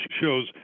shows